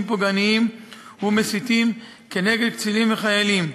פוגעניים ומסיתים כנגד קצינים וחיילים,